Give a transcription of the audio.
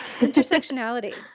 Intersectionality